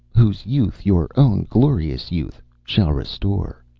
whose youth your own glorious youth shall restore.